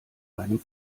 einem